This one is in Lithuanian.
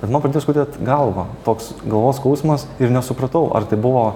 bet man pradėjo skaudėt galvą toks galvos skausmas ir nesupratau ar tai buvo